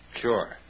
Sure